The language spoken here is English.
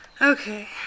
Okay